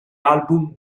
album